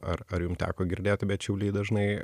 ar ar jum teko girdėti bet šiauliai dažnai